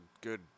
good